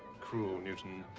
cruel, newton,